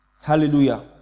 Hallelujah